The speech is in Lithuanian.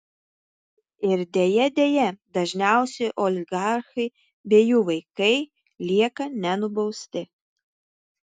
ir deja deja dažniausiai oligarchai bei jų vaikai lieka nenubausti